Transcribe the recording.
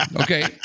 Okay